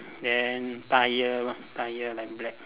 then tyre tyre like black